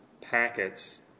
packets